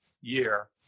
year